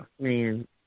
man